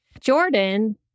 Jordan